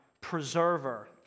preserver